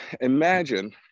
imagine